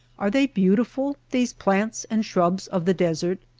are they beautiful these plants and shrubs of the desert?